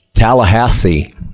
Tallahassee